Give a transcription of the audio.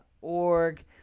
org